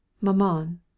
Maman